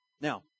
Now